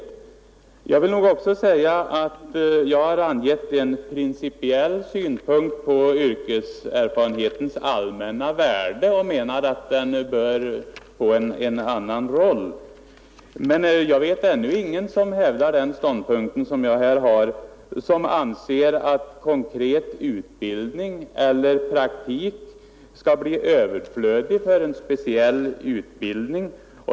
Jag har angett en principiell syn på yrkeserfarenhetens allmänna värde och menar att den bör få en annan roll, men jag vet ingen, som därför anser att konkret utbildning eller praktik blir överflödig för en speciell utbildning.